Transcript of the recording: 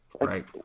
Right